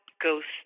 ghost